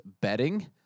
betting